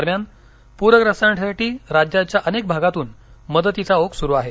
दरम्यान पूर्यस्तांसाठी राज्याच्या अनेक भागातून मदतीचा ओघ सुरु आहे